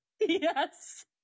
Yes